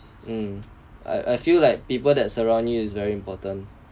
hmm I I feel like people that surround you is very important